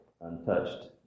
untouched